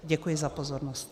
Děkuji za pozornost.